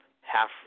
half